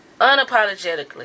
unapologetically